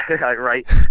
right